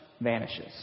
vanishes